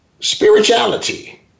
spirituality